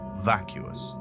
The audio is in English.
vacuous